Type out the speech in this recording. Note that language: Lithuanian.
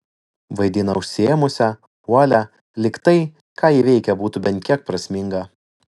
vaidina užsiėmusią uolią lyg tai ką ji veikia būtų bent kiek prasminga